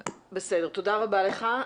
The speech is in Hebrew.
בסדר, תודה רבה לך.